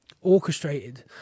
orchestrated